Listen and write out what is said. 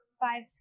five